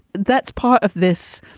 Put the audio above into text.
that's part of this.